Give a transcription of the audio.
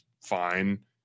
fine